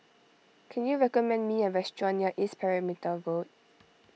can you recommend me a restaurant near East Perimeter Road